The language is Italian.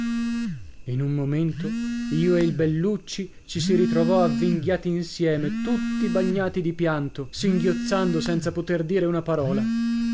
in un momento io e il bellucci ci si ritrovò avvinghiati insieme tutti bagnati di pianto singhiozzando senza poter dire una parola